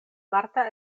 marta